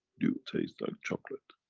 you taste like chocolate.